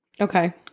Okay